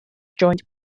joined